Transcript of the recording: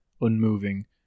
unmoving